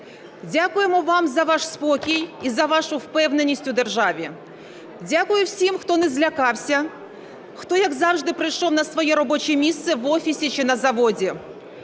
Дякуємо вам за ваш спокій і за вашу впевненість у державі. Дякуємо всім, хто не злякався, хто, як завжди, прийшов на своє робоче місце в офісі чи на заводі.